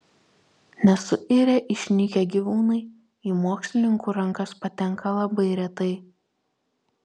nesuirę išnykę gyvūnai į mokslininkų rankas patenka labai retai